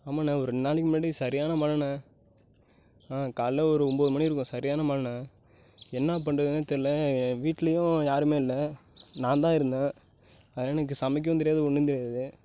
ஆமாண்ணே ஒரு ரெண்டு நாளைக்கு முன்னாடி சரியான மழைண்னே ஆ காலையில் ஒரு ஒன்போது மணி இருக்கும் சரியான மழைண்ணே என்ன பண்ணுறதுனே தெரில வீட்டிலையும் யாரும் இல்லை நான் தான் இருந்தேன் எனக்கு சமைக்கவும் தெரியாது ஒன்றும் தெரியாது